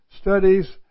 studies